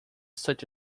such